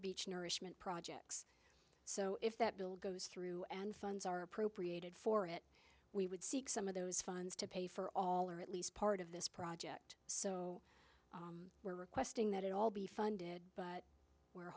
beach nourishment projects so if that bill goes through and funds are appropriated for it we would seek some of those funds to pay for all or at least part of this project so we're requesting that it all be funded but we're